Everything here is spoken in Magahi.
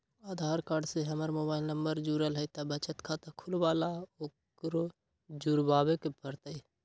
आधार कार्ड से हमर मोबाइल नंबर न जुरल है त बचत खाता खुलवा ला उकरो जुड़बे के पड़तई?